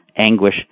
Anguish